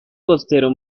costero